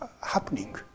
happening